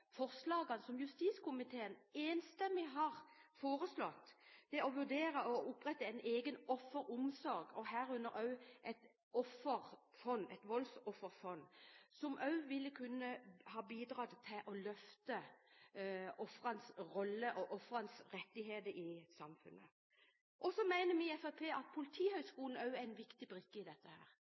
forslagene som justiskomiteen enstemmig har foreslått, nemlig å vurdere å opprette en egen offeromsorg, herunder et voldsofferfond som også ville kunne ha bidratt til å løfte ofrenes rolle og deres rettigheter i samfunnet. Vi i Fremskrittspartiet mener at også Politihøgskolen er en viktig brikke i dette.